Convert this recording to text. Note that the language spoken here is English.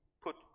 put